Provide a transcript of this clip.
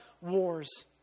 wars